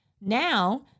Now